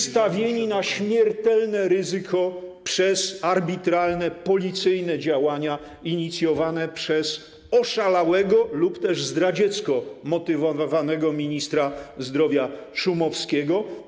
wystawieni na śmiertelne ryzyko przez arbitralne, policyjne działania inicjowane przez oszalałego lub zdradziecko motywowanego ministra zdrowia Szumowskiego.